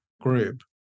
group